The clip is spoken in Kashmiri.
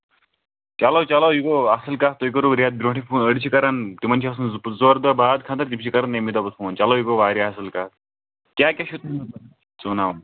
چلو چلو یہِ گوٚو اَصٕل کَتھ تۄہہِ کوٚرُو رٮ۪تھ برٛونٹھٕے فون أڑۍ چھِ کران تِمَن چھِ آسان زٕ پہٕ ژور دۄہ بعد خاندَر تِم چھِ کران اَمی دۄہ پَتہٕ فون چلو یہِ گوٚو واریاہ اَصٕل کَتھ کیٛاہ کیٛاہ چھُ سُوناوُن